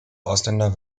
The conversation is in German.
ausländer